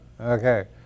okay